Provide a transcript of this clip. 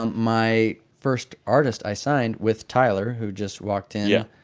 um my first artist i signed with, tyler, who just walked in. yeah.